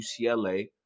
UCLA